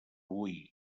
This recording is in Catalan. hui